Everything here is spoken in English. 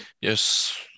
Yes